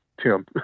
Tim